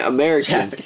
American